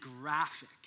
graphic